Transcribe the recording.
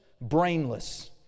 brainless